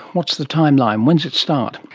what's the timeline, when does it start?